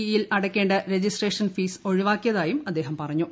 E യിൽ അടയ്ക്കേണ്ട registration fees ഒഴിവാക്കിയതായും അദ്ദേഹം പറഞ്ഞു